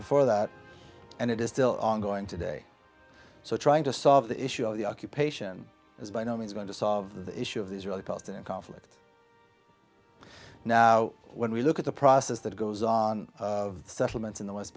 before that and it is still ongoing today so trying to solve the issue of the occupation is by no means going to solve the issue of the israeli palestinian conflict now when we look at the process that goes on settlements in the west